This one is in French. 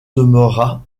demeurera